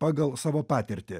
pagal savo patirtį